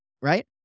right